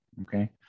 okay